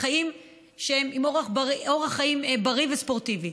חיים שהם עם אורח חיים בריא וספורטיבי.